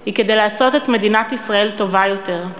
היא כדי לעשות את מדינת ישראל טובה יותר.